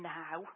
now